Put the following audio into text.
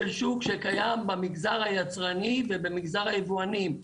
שוק שקיים במגזר היצרני ובמגזר היבואנים.